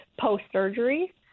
post-surgery